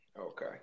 Okay